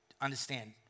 Understand